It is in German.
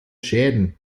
schäden